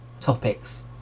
topics